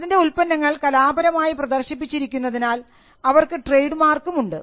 അതിൻറെ ഉൽപ്പന്നങ്ങൾ കലാപരമായി പ്രദർശിപ്പിച്ചിരിക്കുന്നതിനാൽ അവർക്ക് ട്രേഡ് മാർക്കും ഉണ്ട്